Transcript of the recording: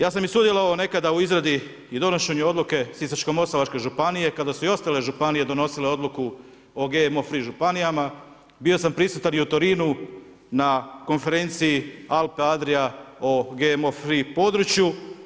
Ja sam i sudjelovao nekada u izradi i donošenju odluke Sisačko-moslavačke županije kada su i ostale županije donosile odluku o GMO free županijama, bio sam prisutan i u Torinu na konferenciji Alpe-Adria o GMO free području.